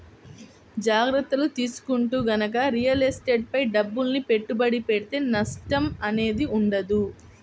జాగర్తలు తీసుకుంటూ గనక రియల్ ఎస్టేట్ పై డబ్బుల్ని పెట్టుబడి పెడితే నష్టం అనేది ఉండదు